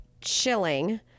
chilling